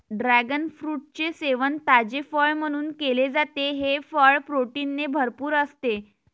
dragon फ्रूटचे सेवन ताजे फळ म्हणून केले जाते, हे फळ प्रोटीनने भरपूर असते